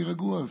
אני רגוע,